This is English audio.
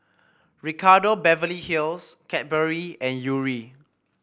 Ricardo Beverly Hills Cadbury and Yuri